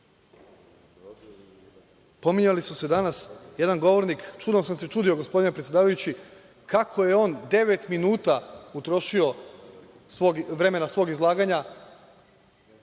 su se danas jedan govornik, čudom sam se čudio gospodine predsedavajući kako je on devet minuta utrošio vremena svog izlaganja